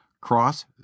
Cross